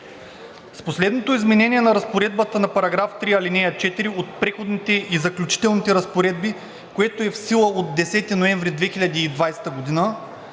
С последното изменение на разпоредбата на § 3, ал. 4 от Преходните и заключителните разпоредби, което е в сила от 10 ноември 2020 г.,